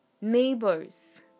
neighbors